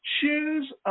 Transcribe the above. Choose